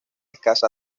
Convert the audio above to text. escasa